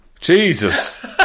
Jesus